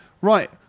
right